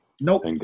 Nope